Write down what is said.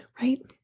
right